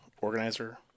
organizer